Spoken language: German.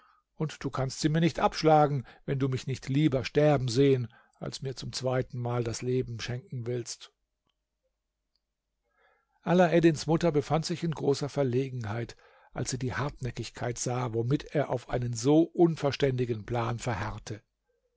und du kannst sie mir nicht abschlagen wenn du mich nicht lieber sterben sehen als mir zum zweitenmal das leben schenken willst alaeddins mutter befand sich in großer verlegenheit als sie die hartnäckigkeit sah womit er auf einem so unverständigen plan verharrte